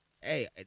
hey